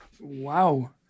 Wow